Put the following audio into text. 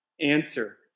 answer